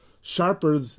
sharper